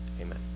Amen